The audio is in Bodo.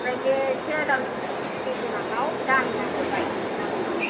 आमफ्राय बे एसे रानज्र दै गोनाङाव दामुवाखौ गाय दामुवा